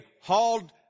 hauled